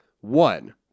One